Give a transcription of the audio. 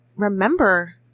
Remember